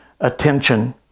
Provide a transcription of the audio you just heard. attention